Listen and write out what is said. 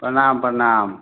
प्रणाम प्रणाम